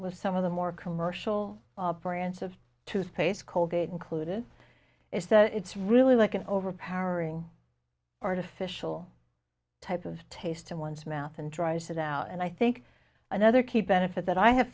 with some of the more commercial brands of toothpaste colgate included is that it's really like an overpowering artificial type of taste in one's mouth and dries it out and i think another keep benefit that i have